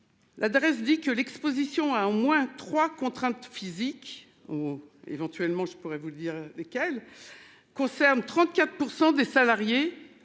L'adresse, dit que l'Exposition à au moins 3 contrainte physique ou éventuellement je pourrais vous dire qu'elle. Concerne 34% des salariés